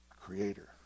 creator